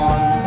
One